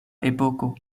epoko